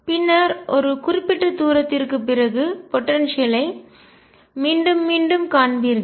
பின்னர் ஒரு குறிப்பிட்ட தூரத்திற்குப் பிறகு போடன்சியல் ஐ ஆற்றல் மீண்டும் மீண்டும் காண்பீர்கள்